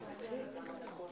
זאת אמנם הישיבה השנייה,